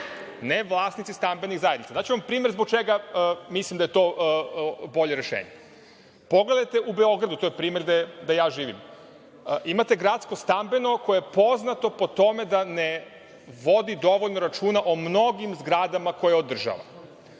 ne vlasnici stambenih zajednica. Daću vam primer zbog čega mislim da je to bolje rešenje. Pogledajte u Beogradu, to je primer gde ja živim, imate Gradsko-stambeno koje je poznato po tome da ne vodi dovoljno računa o mnogim zgradama koje održava.